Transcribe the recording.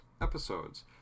episodes